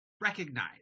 recognize